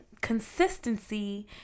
consistency